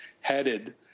headed